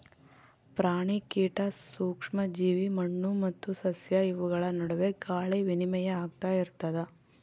ಪ್ರಾಣಿ ಕೀಟ ಸೂಕ್ಷ್ಮ ಜೀವಿ ಮಣ್ಣು ಮತ್ತು ಸಸ್ಯ ಇವುಗಳ ನಡುವೆ ಗಾಳಿ ವಿನಿಮಯ ಆಗ್ತಾ ಇರ್ತದ